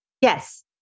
Yes